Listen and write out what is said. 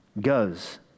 goes